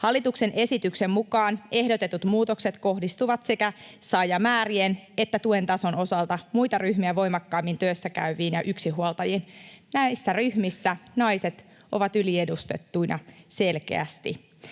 Hallituksen esityksen mukaan ehdotetut muutokset kohdistuvat sekä saajamäärien että tuen tason osalta muita ryhmiä voimakkaammin työssäkäyviin ja yksinhuoltajiin. Näissä ryhmissä naiset ovat yliedustettuina selkeästi.